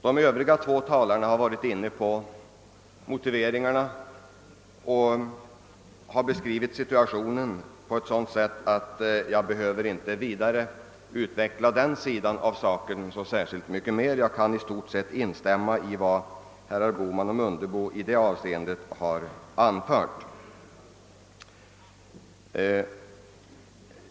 Motiveringarna härför har de två tidigare talarna varit inne på, och de har beskrivit situationen på ett sådant sätt att jag inte så särskilt mycket mer behöver vidare utveckla den sidan av saken; jag kan i stort sett instämma i vad herrar Bohman och Mundebo i det avseendet anfört.